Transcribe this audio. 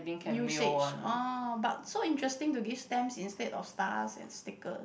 usage orh but so interesting to give stamps instead of stars and sticker